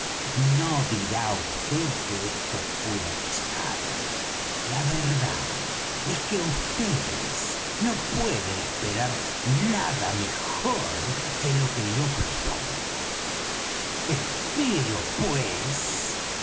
no dirá vd que esto es pura charla la verdad es que vds no pueden esperar nada mejor que lo que yo propongo espero pues